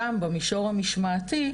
שם במישור המשמעתי,